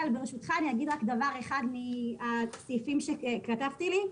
ברשותך, אני אגיד רק דבר אחד מהסעיפים שכתבתי לי.